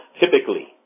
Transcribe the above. typically